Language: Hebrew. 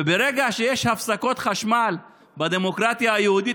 וברגע שיש הפסקות חשמל בדמוקרטיה היהודית,